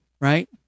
right